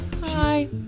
Hi